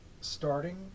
starting